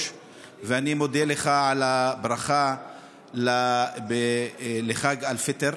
ואני מודה לך על הברכה לחג עיד אל-פיטר